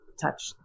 touch